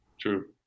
true